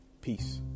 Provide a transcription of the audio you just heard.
peace